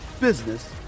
business